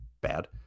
bad